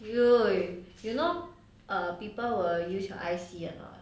!eww! you know err people will use your I_C or not